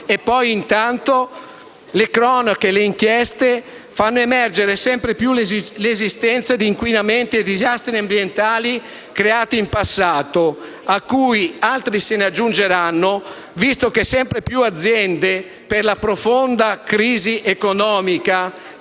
intanto le cronache e le inchieste fanno emergere sempre più l'esistenza di inquinamenti e disastri ambientali creati in passato, cui altri se ne aggiungeranno, visto che sempre più aziende, per la profonda crisi economica